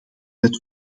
het